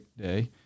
day